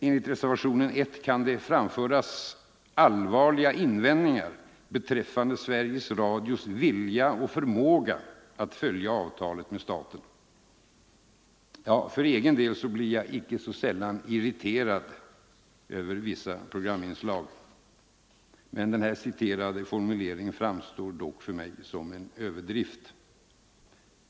Enligt reservationen 1 kan det anföras allvarliga invändningar beträffande ”Sveriges Radios vilja och förmåga att följa avtalet med staten”. För egen del blir jag icke sällan irriterad över vissa programinslag, men den här citerade formuleringen framstår ändå för mig som en överdrift.